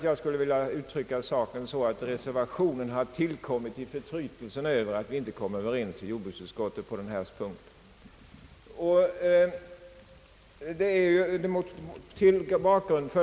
Jag skulle vilja uttrycka saken så att reservationen har tillkommit i förtrytelsen över att vi inte kommit överens i jordbruksutskottet på denna punkt.